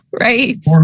Right